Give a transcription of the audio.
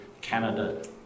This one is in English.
Canada